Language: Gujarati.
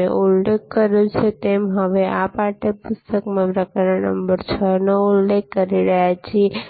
મેં ઉલ્લેખ કર્યો છે તેમ હવે અમે પાઠ્યપુસ્તકના પ્રકરણ નંબર 6 નો ઉલ્લેખ કરી રહ્યા છીએ